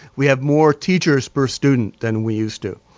we have more teachers per student than we used to.